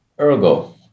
Ergo